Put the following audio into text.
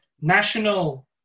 national